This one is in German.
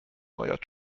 neuer